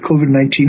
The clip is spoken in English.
COVID-19